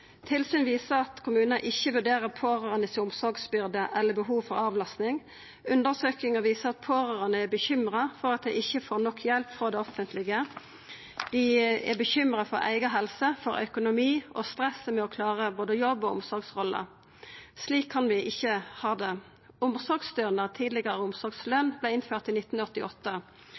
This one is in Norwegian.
Tilsyn viser at kommunar ikkje vurderer dei pårørande si omsorgsbyrde eller behovet for avlastning. Undersøkingar viser at pårørande er bekymra for at dei ikkje får nok hjelp frå det offentlege. Dei er bekymra for eiga helse og eigen økonomi og stressar med å klara både jobben og omsorgsrolla. Slik kan vi ikkje ha det. Omsorgsstønad – tidlegare omsorgsløn – vart innført i 1988.